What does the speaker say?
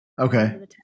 Okay